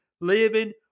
living